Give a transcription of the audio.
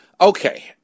Okay